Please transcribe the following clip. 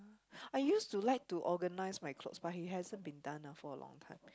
I used to like to organise my clothes but it hasn't been done for a long time